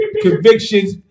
convictions